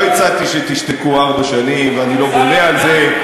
לא הצעתי שתשתקו ארבע שנים ואני לא בונה על זה.